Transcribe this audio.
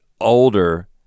older